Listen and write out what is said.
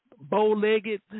bow-legged